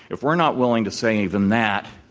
if we're not willing to say even that,